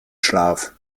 schlaf